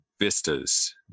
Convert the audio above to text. vistas